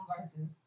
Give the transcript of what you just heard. versus